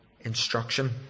instruction